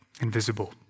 invisible